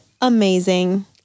amazing